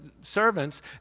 servants